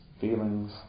feelings